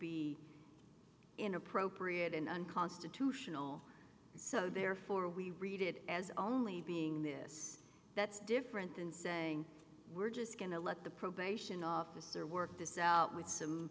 be inappropriate in unconstitutional so therefore we read it as only being this that's different than saying we're just going to let the probation officer work this out with some